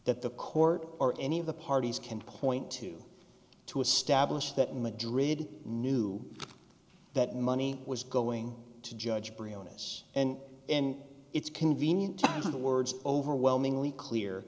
that the court or any of the parties can point to to establish that madrid knew that money was going to judge briones and in its convenient to the words overwhelmingly clear